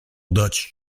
dutch